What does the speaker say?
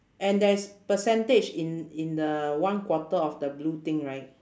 and there's percentage in in the one quarter of the blue thing right